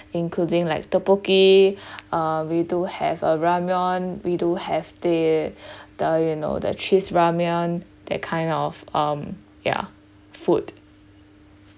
including like topokki uh we do have a ramyeon we do have the the you know the cheese ramyeon that kind of um yeah food